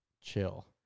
chill